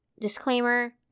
Disclaimer